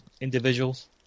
individuals